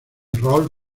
rol